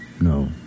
No